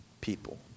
people